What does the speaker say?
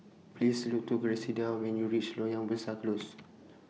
Please Look to Griselda when YOU REACH Loyang Besar Close